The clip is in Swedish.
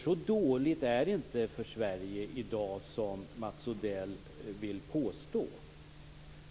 Så dåligt går det inte för Sverige i dag som Mats Odell vill påstå.